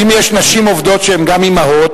אם יש נשים עובדות שהן גם אמהות,